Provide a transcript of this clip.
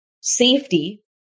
safety